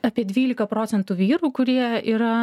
apie dvylika procentų vyrų kurie yra